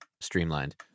streamlined